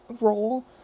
role